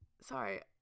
Sorry